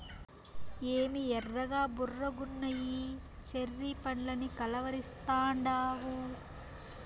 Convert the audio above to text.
ఏమి ఎర్రగా బుర్రగున్నయ్యి చెర్రీ పండ్లని కలవరిస్తాండావు